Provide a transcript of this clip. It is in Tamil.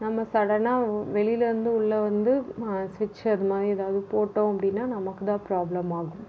நம்ம சடனாக வெளியிலருந்து உள்ளே வந்து ஸ்விட்சை அதுமாதிரி ஏதாவுது போட்டோம் அப்படின்னா நமக்குதான் ப்ராப்ளம் ஆகும்